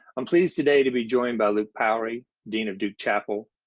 i'm pleased today to be joined by luke powery, dean of duke chapel,